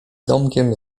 domkiem